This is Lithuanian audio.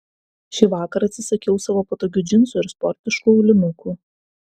šįvakar atsisakiau savo patogių džinsų ir sportiškų aulinukų